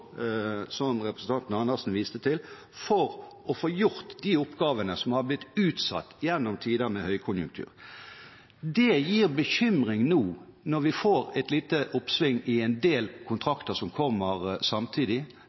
representanten Andersen viste til, for å få gjort de oppgavene som har blitt utsatt gjennom tider med høykonjunktur. Det gir bekymring nå når vi får et lite oppsving i en del kontrakter som kommer samtidig